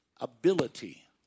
ability